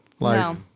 No